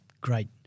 great